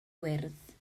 wyrdd